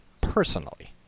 personally